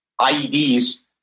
IEDs